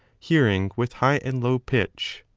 hearing with high and low pitch,